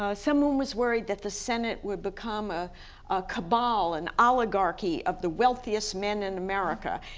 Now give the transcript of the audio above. ah someone was worried that the senate would become a cabal, an oligarchy of the wealthiest men in america,